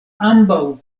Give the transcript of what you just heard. ambaŭ